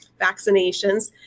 vaccinations